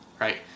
Right